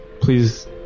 Please